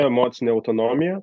emocinę autonomiją